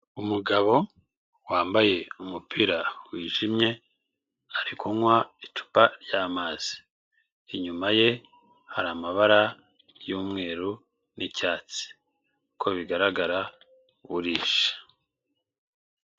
Umugabo wambaye umupira wijimye, ari kunywa icupa ry'amazi, inyuma ye hari amabara y'umweru n'icyatsi, uko bigaragara burije.